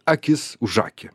akis už akį